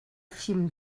fim